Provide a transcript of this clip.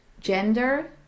Gender